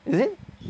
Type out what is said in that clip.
is it